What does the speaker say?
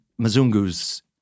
Mzungu's